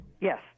Yes